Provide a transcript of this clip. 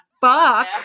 fuck